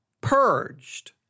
purged